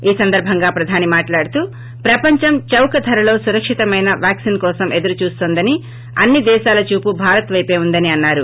ఈ సందర్బంగా ప్రధాని మాట్లాడుతూ ప్రపంచం చవక ధరలో సురక్షితమైన వ్వాక్సిన్ కోసం ఎదురుచూన్గోందినిఅన్ని దేశాల చూపు భారత్ వైపే ఉందని అన్నారు